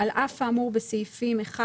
"על אף האמור בסעיפים 1,